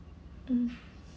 mm